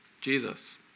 Jesus